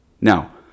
Now